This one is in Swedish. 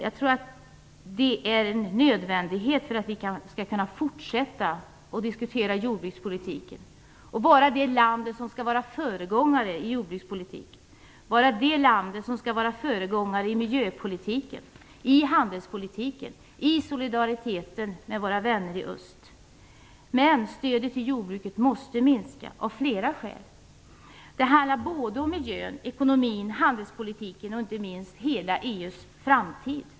Jag tror att det är en nödvändighet för att vi skall kunna fortsätta att diskutera jordbrukspolitiken och vara föregångsland vad gäller jordbrukspolitik, miljöpolitik, handelspolitik och solidariteten med våra vänner i öst. Men stödet till jordbruket måste minska av flera skäl. Det handlar både om miljön, ekonomin, handelspolitiken och inte minst hela EU:s framtid.